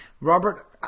Robert